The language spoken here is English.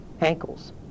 Ankles